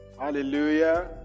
hallelujah